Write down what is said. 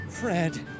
Fred